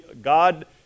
God